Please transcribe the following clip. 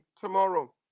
tomorrow